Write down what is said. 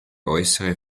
äußere